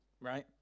Right